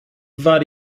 war